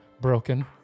broken